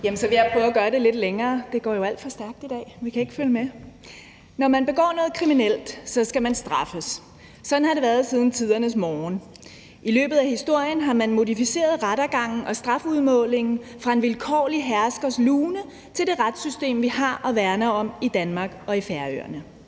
Når man begår noget kriminelt, skal man straffes. Sådan har det været siden tidernes morgen. I løbet af historien har man modificeret rettergangen og strafudmålingen fra at afhænge af en vilkårlig herskers lune til at blive det retssystem, vi har og værner om i Danmark og i Færøerne.